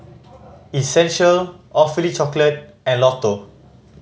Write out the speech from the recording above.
Essential Awfully Chocolate and Lotto